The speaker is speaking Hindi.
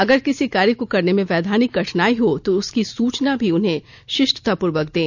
अगर किसी कार्य को करने में वैधानिक कठिनाई हो तो उसकी सूचना भी उन्हें शिष्टतापूर्वक दें